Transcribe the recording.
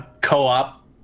Co-op